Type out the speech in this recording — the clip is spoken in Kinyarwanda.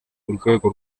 urwego